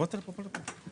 דורש המשך טיפול.